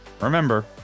Remember